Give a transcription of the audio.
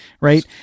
right